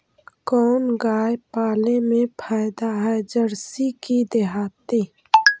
कोन गाय पाले मे फायदा है जरसी कि देहाती?